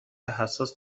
حساس